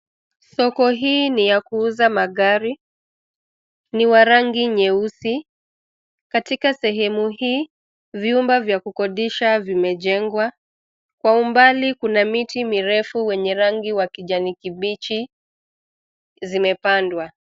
Soko hii ni ya kuuza magari, ni wa rangi nyeusi, katika sehemu hii, vyumba vya kukodisha vimejengwa, kwa umbali kuna miti mirefu wenye rangi wa kijani kibichi, zimepandwa.